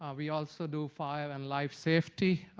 ah we also do fire and life safety,